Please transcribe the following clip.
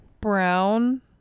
brown